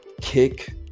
kick